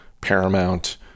Paramount